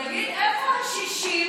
תגיד, איפה ה-60?